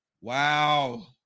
Wow